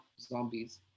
zombies